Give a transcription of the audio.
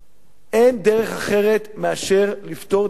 אין דרך אחרת מאשר לפתור את הבעיה הזאת.